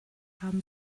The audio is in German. haben